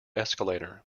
escalator